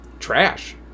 trash